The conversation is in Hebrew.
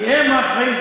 כי הם האחראים,